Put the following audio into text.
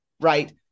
right